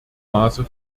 maße